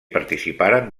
participaren